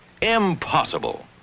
Impossible